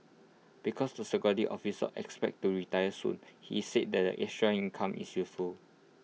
because the security officer expects to retire soon he said that the extra income is useful